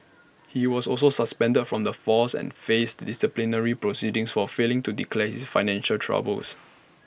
he was also suspended from the force and faced disciplinary proceedings for failing to declare his financial troubles